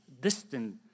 distant